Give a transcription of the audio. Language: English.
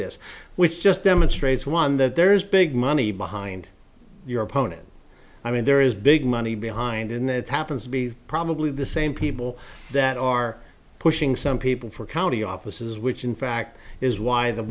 this which just demonstrates one that there's big money behind your opponent i mean there is big money behind in that happens to be probably the same people that are pushing some people for county offices which in fact is why the